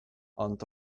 ond